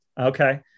okay